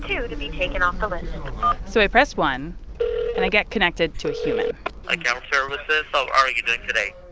to to be taken off the list so i press one point and i get connected to a human account services how are you doing today?